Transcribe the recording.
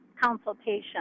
Consultation